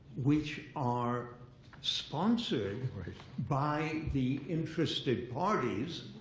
which are sponsored by the interested parties.